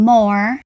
More